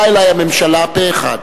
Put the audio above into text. באה אלי הממשלה פה אחד,